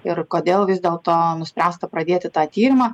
ir kodėl vis dėlto nuspręsta pradėti tą tyrimą